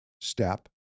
step